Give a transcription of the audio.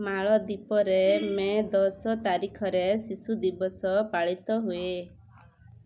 ମାଳଦ୍ୱୀପରେ May ଦଶ ତାରିଖରେ ଶିଶୁ ଦିବସ ପାଳିତ ହୁଏ